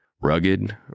Rugged